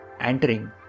entering